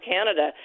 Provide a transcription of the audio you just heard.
Canada